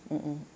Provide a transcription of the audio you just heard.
mm mm